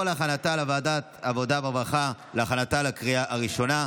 להכנתה בוועדת העבודה והרווחה לקריאה הראשונה.